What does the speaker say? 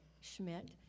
Schmidt